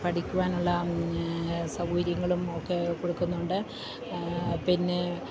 പഠിക്കുവാനുള്ള സൗകര്യങ്ങളും ഒക്കെ കൊടുക്കുന്നുണ്ട് പിന്നെ